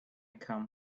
come